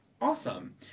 awesome